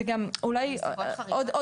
רגע, אולי אני אתן עוד חידוד.